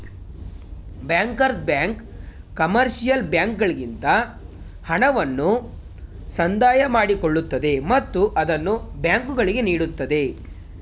bankers bank commercial ಬ್ಯಾಂಕ್ಗಳಿಂದ ಹಣವನ್ನು ಸಂದಾಯ ಮಾಡಿಕೊಳ್ಳುತ್ತದೆ ಮತ್ತು ಅದನ್ನು ಬ್ಯಾಂಕುಗಳಿಗೆ ನೀಡುತ್ತದೆ